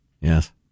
Yes